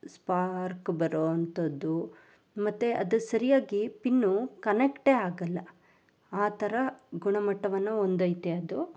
spark ಬರುವಂತದ್ದು ಮತ್ತು ಅದು ಸರಿಯಾಗಿ ಪಿನ್ನು ಕನಕ್ಟೇ ಆಗಲ್ಲ ಆ ಥರ ಗುಣಮಟ್ಟವನ್ನು ಹೊಂದೈತೆ ಅದು